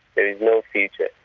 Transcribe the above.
there is no future.